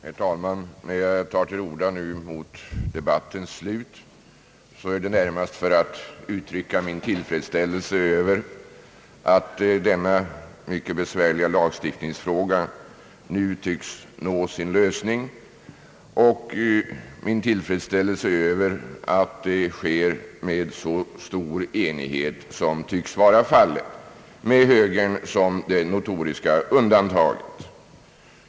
Herr talman! När jag tar till orda nu mot debattens slut sker det närmast för att uttrycka min tillfredsställelse över att denna mycket besvärliga lagstiftningsfråga nu tycks nå sin lösning och min tillfredsställelse över att det sker med så stor enighet, som tycks vara fallet, dock med högern som det notoriska undantaget.